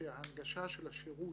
כשאתה מקדיש לזה יחידה שזה תפקידה,